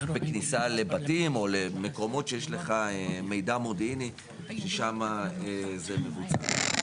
בכניסה לבתים או למקומות שיש לך לגביהם מידע מודיעני שבהם זה מבוצע.